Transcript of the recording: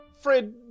Fred